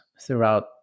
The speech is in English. throughout